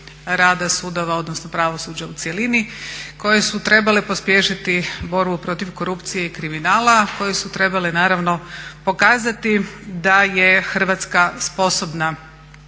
rada sudova odnosno pravosuđa u cjelini koje su trebale pospješiti borbu protiv korupcije i kriminala, koje su trebale pokazati da je Hrvatska sposobna